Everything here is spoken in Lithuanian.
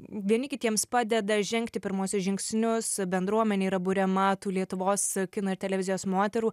vieni kitiems padeda žengti pirmuosius žingsnius bendruomenė yra buriama tų lietuvos kino ir televizijos moterų